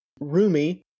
Rumi